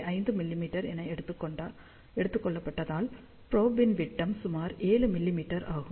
5 மிமீ என எடுத்துக் கொள்ளப்பட்டால் ப்ரொப் ன் விட்டம் சுமார் 7 மிமீ ஆகும்